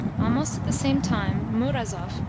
almost at the same time murazov,